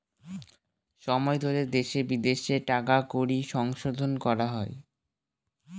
সময় ধরে দেশে বিদেশে টাকা কড়ির সংশোধন করা হয়